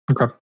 Okay